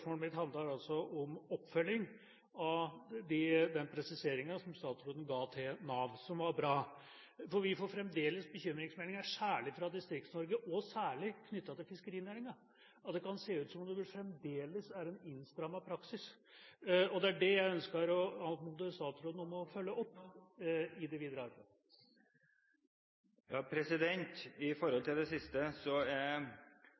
mitt handler altså om oppfølging av den presiseringa som statsråden ga til Nav, som var bra, for vi får fremdeles bekymringsmeldinger, særlig fra Distrikts-Norge, og særlig knyttet til fiskerinæringa, og det kan se ut som det fremdeles er en innstrammet praksis. Det er det jeg ønsker å anmode statsråden om å følge opp i det videre arbeidet. Når det gjelder det siste, er